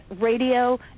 radio